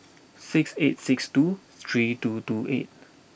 six eight six two three two two eight